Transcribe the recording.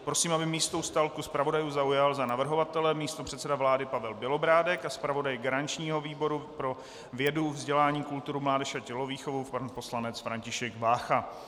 Prosím, aby místo u stolku zpravodajů zaujal za navrhovatele místopředseda vlády Pavel Bělobrádek a zpravodaj garančního výboru pro vědu, vzdělání, kulturu, mládež a tělovýchovu pan poslanec František Vácha.